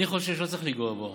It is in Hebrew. אני חושב שלא צריך לנגוע בו,